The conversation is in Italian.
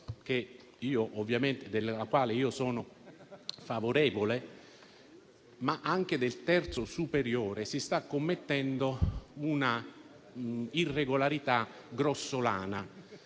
alla quale sono favorevole), ma anche sul terzo superiore, si sta commettendo una irregolarità grossolana.